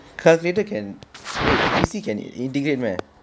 calculator can G_C can integrate meh